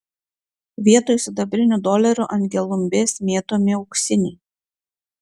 vietoj sidabrinių dolerių ant gelumbės mėtomi auksiniai